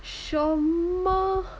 什么